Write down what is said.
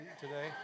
today